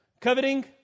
coveting